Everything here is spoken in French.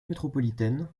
métropolitaine